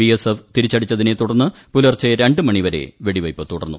B S F തിരിച്ചടിച്ചതിനെ തുടർന്ന് പുലർച്ചെ രണ്ട് മണിവരെ വെടിവയ്പ് തുടർന്നു